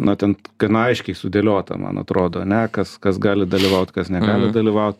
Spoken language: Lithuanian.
na ten t gana aiškiai sudėliota man atrodo ane kas kas gali dalyvaut kas negali dalyvaut